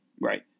Right